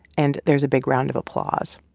and there's a big round of applause